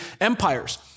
empires